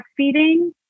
breastfeeding